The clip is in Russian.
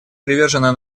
привержено